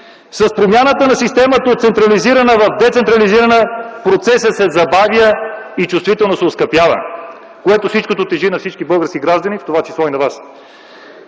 с промяната на системата от централизирана в децентрализирана, процесът се забавя и чувствително се оскъпява. Всичко това тежи на българските граждани, в това число и на вас.